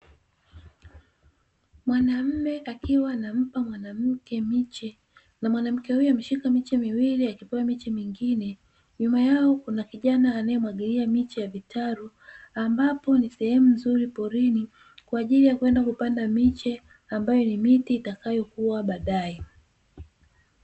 Mwanaume akiwa anampa mwanamke miche, na mwanamke huyo ameshika miche miwili akipewa miche mingine. Nyuma yao kuna kijana anayemwagilia miche ya vitalu, ambapo ni sehemu nzuri porini kwa ajili ya kwenda kupanda miche ambayo ni miti itakayokua baadaye.